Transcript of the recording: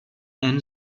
and